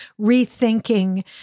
rethinking